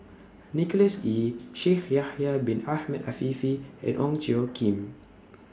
Nicholas Ee Shaikh Yahya Bin Ahmed Afifi and Ong Tjoe Kim